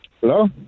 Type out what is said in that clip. hello